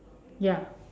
ya